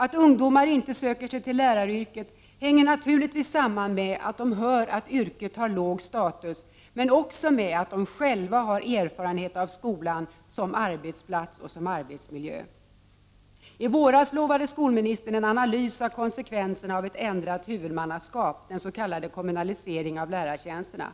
Att ungdomar inte söker sig till läraryrket hänger naturligtvis samman med att de hör att yrket har låg status men också med att de själva har erfarenhet av skolan som arbetsplats och arbetsmiljö. I våras utlovade skolministern en analys av konsekvenserna av ett ändrat huvudmannaskap, den s.k. kommunaliseringen av lärartjänsterna.